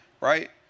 Right